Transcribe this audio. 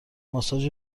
ماساژ